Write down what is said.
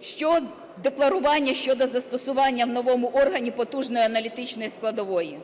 Що... декларування щодо застування в новому органі потужної аналітичної складової,